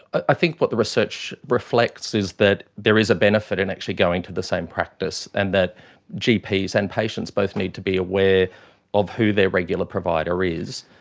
i think what the research reflects is that there is a benefit in actually going to the same practice and that gps and patients both need to be aware of who their regular provider is,